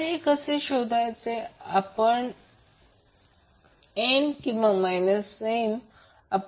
तर हे कसे शोधायचे आपण काय वापरायचे n किंवा n